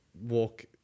walk